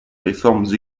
réformes